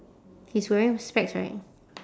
he's wearing specs right